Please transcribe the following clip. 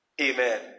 Amen